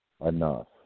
enough